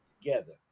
together